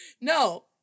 No